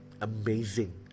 Amazing